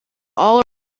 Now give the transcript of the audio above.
all